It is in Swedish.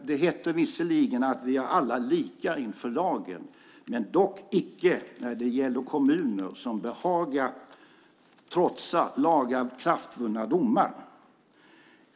Det heter visserligen att vi alla är lika inför lagen, men dock icke när det gäller kommuner som behagar trotsa lagakraftvunna domar.